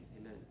amen